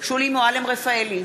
שולי מועלם-רפאלי,